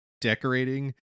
decorating